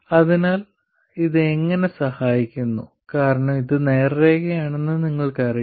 അതിനാൽ ഇപ്പോൾ ഇത് എങ്ങനെ സഹായിക്കുന്നു കാരണം ഇത് നേർരേഖയാണെന്ന് നിങ്ങൾക്കറിയാം